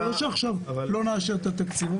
זה לא שעכשיו לא נאשר את התקציב,